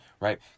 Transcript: Right